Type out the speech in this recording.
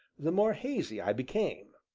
the more hazy i became.